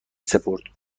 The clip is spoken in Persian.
سپرد